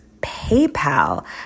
PayPal